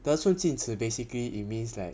得寸进尺 basically it means that